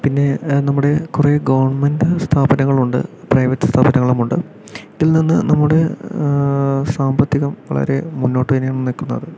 പിന്നെ നമ്മുടെ കുറെ ഗവണ്മെന്റ് സ്ഥാപങ്ങളുണ്ട് പ്രൈവറ്റ് സ്ഥാപനങ്ങളും ഉണ്ട് ഇതിൽ നിന്ന് നമ്മുടെ സാമ്പത്തികം വളരെ മുന്നോട്ട് തന്നെ നിൽക്കുന്നത്